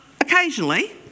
occasionally